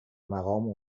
مقام